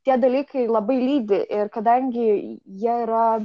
tie dalykai labai lydi ir kadangi jie yra